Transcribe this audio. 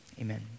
amen